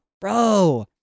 Bro